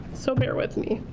so bear with me.